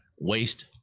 Waste